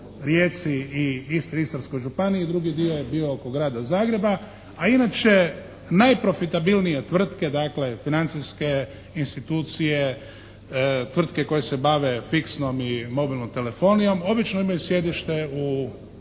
Rijeci i Istri, Istarskoj županiji, drugi dio je bio oko Grada Zagreba a inače najprofitabilnije tvrtke dakle financijske institucije, tvrtke koje se bave fiksnom i mobilnom telefonijom, obično imaju sjedište u